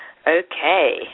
Okay